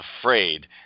afraid